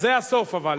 זה הסוף אבל.